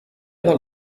del